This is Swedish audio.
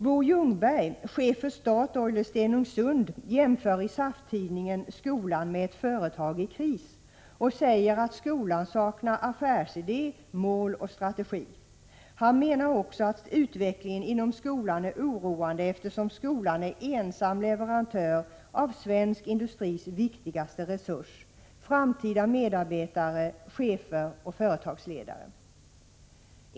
Bo Ljungberg, chef för Statoil i Stenungsund, jämför i SAF-tidningen skolan med ett företag i kris och säger att skolan saknar affärsidé, mål och strategi. Han menar också att utvecklingen inom skolan är oroande, eftersom skolan är ensam leverantör av svensk industris viktigaste resurs, framtida medarbetare, chefer och företagsledare.